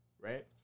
Right